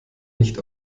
nicht